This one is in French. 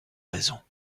raisons